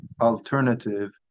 alternative